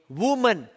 woman